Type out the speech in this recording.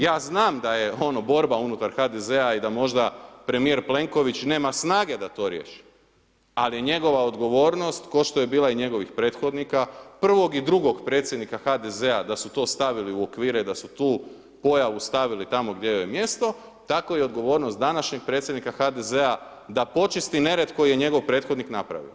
Ja znam da je, ono borba unutar HDZ-a i da možda premijer Plenković nema snage da to riješi, ali njegova odgovornost k'o što je bila i njegovih prethodnika, prvog i drugog predsjednika HDZ-a da su to stavili u okvire i da su tu pojavu stavili tamo gdje joj je mjesto, tako i odgovornost današnjeg predsjednika HDZ-a da počisti nered koji je njegov prethodnik napravio.